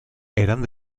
eran